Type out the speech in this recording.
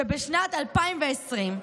שבשנת 2020,